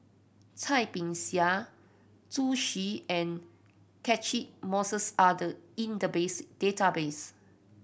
Cai Bixia Zhu Xu and Catchick Moses are the in the base database